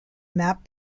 map